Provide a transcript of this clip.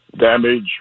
damage